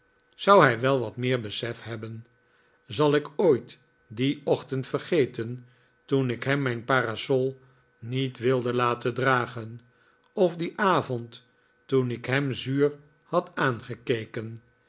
zou hij wel wat meer besef hebben zai ik ooit dien ochtend vergeten toen ik hem mijn parasol niet wilde laten dragen of dien avond toen ik hem zuur had aangekeken